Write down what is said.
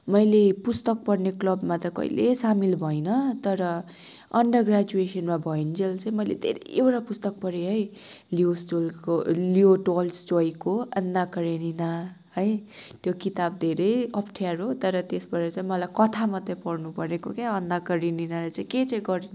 मैले पुस्तक पढ्ने क्लबमा त कहिले सामिल भइनँ तर अन्डर ग्रेजुएसन भइन्जेल चाहिँ मैले धेरैवटा पुस्तक पढेँ है लियोस टुलको लियो टल्सटयको अन्ना करेनिना है त्यो किताब धेरै अप्ठ्यारो तर त्यसबाट चाहिँ मलाई कथा मात्र पढ्नु परेको क्या अन्ना करेनिनाले चाहिँ के चाहिँ गर्दा